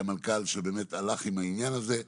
המנכ"ל שבאמת הלך עם העניין הזה.